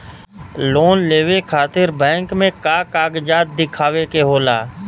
Loan लेवे खातिर bank मे का कागजात दिखावे के होला?